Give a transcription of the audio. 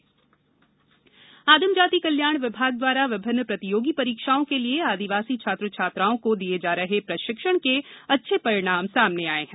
आदिवासी छात्र आदिम जाति कल्याण विभाग द्वारा विभिन्न प्रतियोगी परीक्षाओं के लिए आदिवासी छात्र छात्राओं को दिये जा रहे प्रशिक्षण के अच्छे परिणाम सामने आये हैं